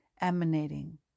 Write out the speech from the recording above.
emanating